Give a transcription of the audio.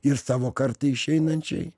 ir savo kartai išeinančiai